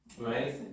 right